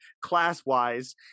class-wise